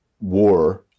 war